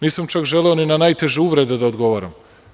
Nisam čak želeo ni na najteže uvrede da odgovaram.